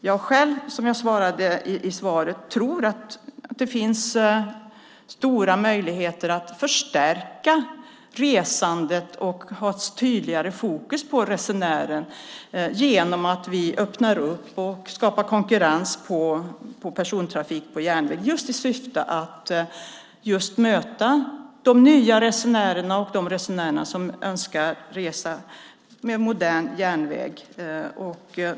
Jag själv tror, som jag sade i svaret, att det finns stora möjligheter att förstärka resandet och ha tydligare fokus på resenären genom att vi öppnar upp och skapar konkurrens i persontrafiken på järnväg just i syfte att möta de nya resenärerna och de resenärer som önskar resa med modern järnväg.